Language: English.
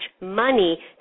money